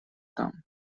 там